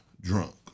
drunk